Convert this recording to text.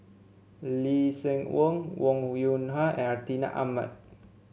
Lee Seng Wong Wong Yoon Wah and Hartinah Ahmad